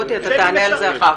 מוטי, אתה תענה על זה אחר כך.